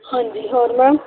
ਹਾਂਜੀ ਹੋਰ ਮੈਮ